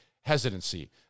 hesitancy